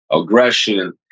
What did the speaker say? aggression